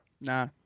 Nah